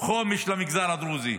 חומש למגזר הדרוזי.